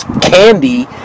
candy